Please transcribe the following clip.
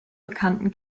bekannten